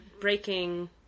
breaking